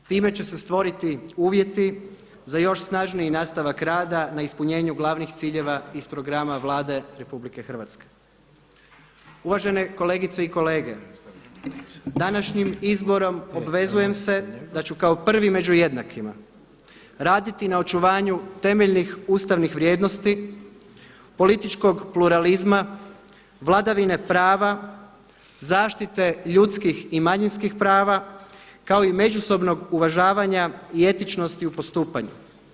Time će se stvoriti uvjeti za još snažniji nastavak rada na ispunjenju glavnih ciljeva iz programa Vlade RH Uvažene kolegice i kolege, današnjim izborom obvezujem se da ću kao prvi među jednakima raditi na očuvanju temeljnih ustavnih vrijednosti, političkog pluralizma, vladavine prava, zaštite ljudskih i manjinskih prava kao i međusobnog uvažavanja i etičnosti u postupanju.